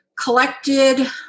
collected